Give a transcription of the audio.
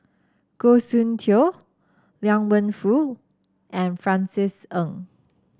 Goh Soon Tioe Liang Wenfu and Francis Ng